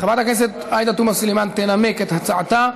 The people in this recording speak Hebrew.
חברת הכנסת עאידה תומא סלימאן תנמק את הצעתה.